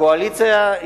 הקואליציה,